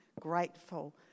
grateful